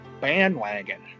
bandwagon